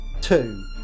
Two